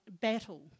battle